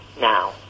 now